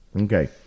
Okay